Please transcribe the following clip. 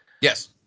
Yes